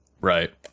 Right